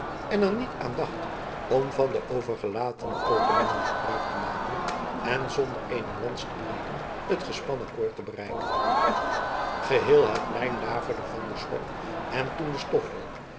en er niet een aan dacht om van de overgelatene openingen gebruik te maken en zonder eene lans te breken het gespannen koord te bereiken geheel het plein daverde van den schok en toen de